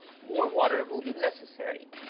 more water will be necessary.